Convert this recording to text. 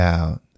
out